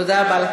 תודה רבה.